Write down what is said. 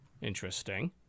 Interesting